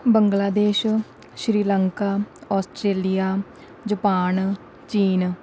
Bangladesh Sri Lanka Australia Japan ਚੀਨ